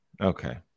Okay